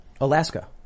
Alaska